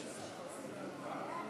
חוק